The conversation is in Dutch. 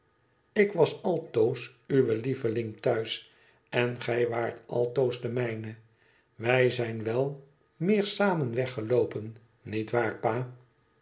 ik was altoos uwe lieveling thuis en gij waart altoos de mijne wij zijn wel meer samen weggeloopen niet waar pa